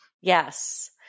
Yes